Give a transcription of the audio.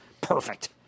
perfect